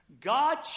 God